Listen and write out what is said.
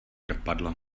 dopadlo